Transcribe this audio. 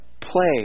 Play